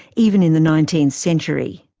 even in the nineteenth century.